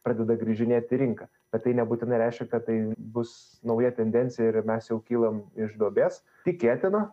pradeda grįžinėt į rinką bet tai nebūtinai reiškia kad tai bus nauja tendencija ir mes jau kylam iš duobės tikėtina